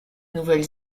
nouvelle